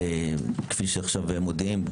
כפי שעכשיו הם מודיעים,